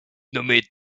nommé